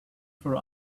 for